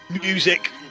music